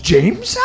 James